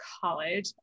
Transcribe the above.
college